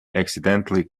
accidentally